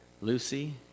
Lucy